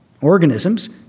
organisms